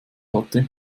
hatte